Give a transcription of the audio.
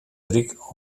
ryk